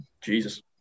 Jesus